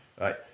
right